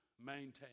maintain